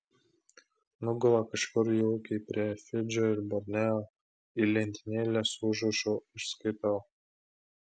nugula kažkur jaukiai prie fidžio ir borneo į lentynėlę su užrašu užskaitau